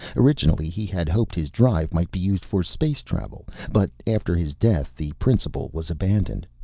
originally, he had hoped his drive might be used for space travel. but after his death the principle was abandoned.